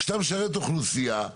כשאתה משרת אוכלוסייה,